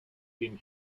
dem